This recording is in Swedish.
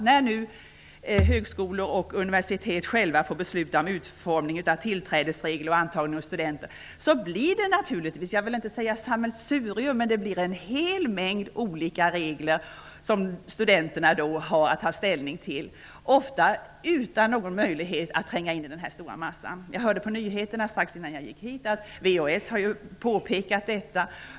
När nu högskolor och universitet själva får besluta om utformningen av tillträdesregler och antagning av studenter blir det naturligtvis -- jag vill inte säga sammelsurium -- en hel mängd olika regler som studenterna får ta ställning till, ofta utan någon möjlighet att tränga in i den stora massan. Jag hörde på nyheterna strax innan jag kom hit att VHS har påpekat detta.